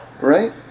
right